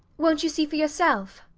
wont you see for yourself?